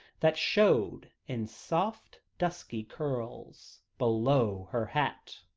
that showed in soft, dusky curls below her hat.